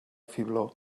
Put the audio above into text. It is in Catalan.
fibló